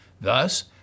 Thus